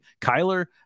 Kyler